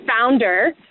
founder